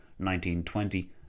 1920